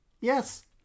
Yes